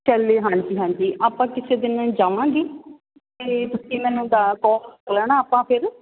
ਚੱਲਿਓ ਹਾਂਜੀ ਹਾਂਜੀ ਆਪਾਂ ਕਿਸੇ ਦਿਨ ਜਾਵਾਂਗੇ ਅਤੇ ਤੁਸੀਂ ਮੈਨੂੰ ਕੋਲ ਕਰ ਲੈਣਾ ਆਪਾਂ ਫਿਰ